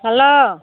hello